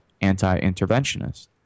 anti-interventionist